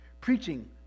preaching